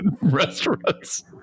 restaurants